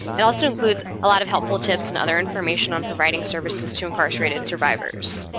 it also includes a lot of helpful tips and other information on providing services to incarcerated survivors.